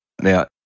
now